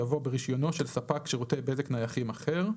יבוא "ברישיונו של ספק שירותי בזק נייחים אחר",